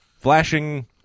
flashing